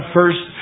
first